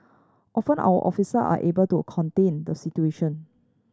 often our officer are able to contain the situation